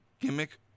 gimmick